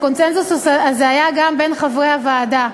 והקונסנזוס הזה היה גם בין חברי הוועדה: